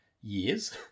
years